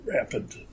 rapid